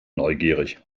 neugierig